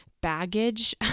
baggage